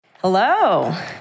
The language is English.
Hello